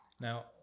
Now